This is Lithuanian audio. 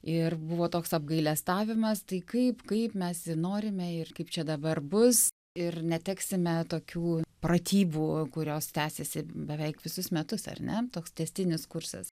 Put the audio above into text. ir buvo toks apgailestavimas tai kaip kaip mes norime ir kaip čia dabar bus ir neteksime tokių pratybų kurios tęsiasi beveik visus metus ar ne toks tęstinis kursas